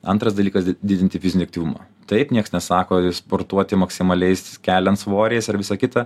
antras dalykas didinti fizinį aktyvumą taip nieks nesako sportuoti maksimaliais keliant svoriais ar visa kita